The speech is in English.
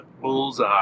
bullseye